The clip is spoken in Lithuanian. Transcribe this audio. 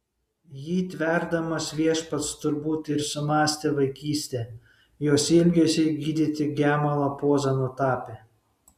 jį tverdamas viešpats turbūt ir sumąstė vaikystę jos ilgesiui gydyti gemalo pozą nutapė